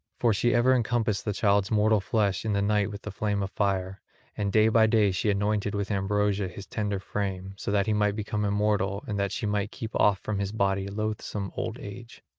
for she ever encompassed the child's mortal flesh in the night with the flame of fire and day by day she anointed with ambrosia his tender frame, so that he might become immortal and that she might keep off from his body loathsome old age.